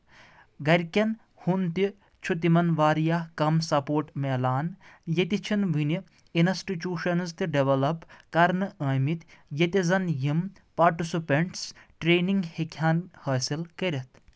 گرِکؠن ہُنٛد تہِ چھُ تِمن واریاہ کَم سپوٹ میلان ییٚتہِ چھنہٕ وٕنہِ اِنسٹِچوٗشنٕز تہِ ڈیولپ کرنہٕ آمٕتۍ ییٚتہِ زن یِم پاٹِسپینٹس ٹرینِنٛگ ہیٚکہِ ہن حٲصِل کٔرِتھ